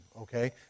okay